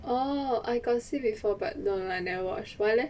orh I got see before but no no I never watch why leh